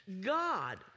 God